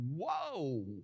whoa